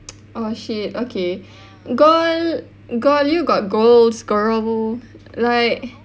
oh shit okay goal goal you got goals girl like